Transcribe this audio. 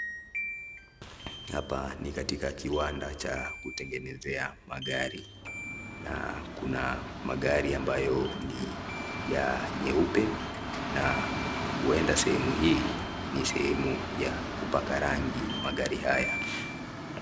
Hapa ni katika kiwanda cha kutengenezea magari, na kuna magari ambayo ni ya nyeupe na huenda sehemu hii sehemu ya kupaka rangi magari haya.